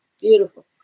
Beautiful